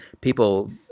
people